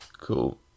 cool